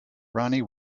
ronnie